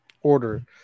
order